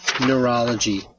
Neurology